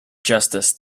justice